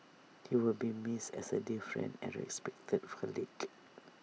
he will be missed as A dear friend and respected colleague